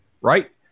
right